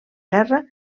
guerra